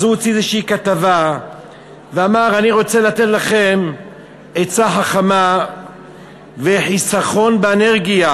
אז הוא הוציא כתבה ואמר: אני רוצה לתת לכם עצה חכמה וחיסכון באנרגיה,